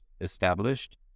established